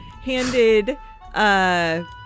handed